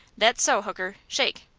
that's so, hooker. shake!